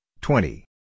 twenty